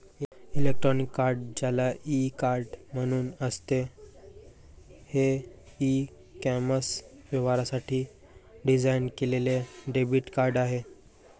electronic card, ज्याला e card म्हणूनही असते, हे ई कॉमर्स व्यवहारांसाठी डिझाइन केलेले डेबिट कार्ड आहे